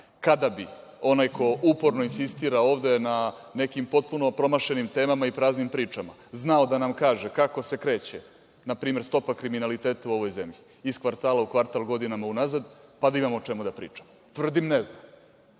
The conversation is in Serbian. kada bi onaj ko uporno insistira ovde na nekim potpuno promašenim temama i praznim pričama znao da nam kaže kako se kreće, npr, stopa kriminaliteta u ovoj zemlji, iz kvartala u kvartal, godinama unazad, pa da imamo o čemu da pričamo. Tvrdim, ne zna.